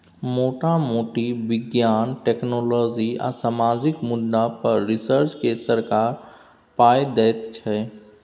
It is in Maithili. मोटा मोटी बिज्ञान, टेक्नोलॉजी आ सामाजिक मुद्दा पर रिसर्च केँ सरकार पाइ दैत छै